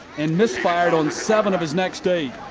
and misfired on seven of his next eight.